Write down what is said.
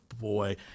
boy